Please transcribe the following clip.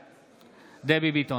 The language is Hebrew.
בעד דבי ביטון,